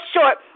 short